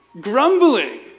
grumbling